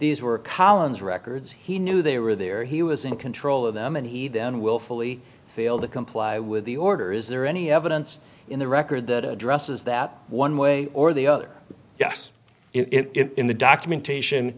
these were colonies records he knew they were there he was in control of them and he then willfully failed to comply with the order is there any evidence in the record that addresses that one way or the other yes it in the documentation